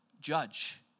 judge